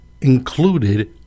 included